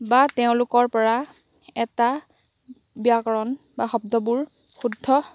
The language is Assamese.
বা তেওঁলোকৰ পৰা এটা ব্যাকৰণ বা শব্দবোৰ